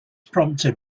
prompted